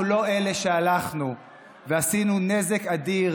אנחנו לא אלה שהלכנו ועשינו נזק אדיר